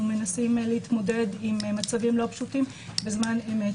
אנחנו מנסים להתמודד עם מצבים לא פשוטים בזמן אמת.